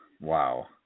Wow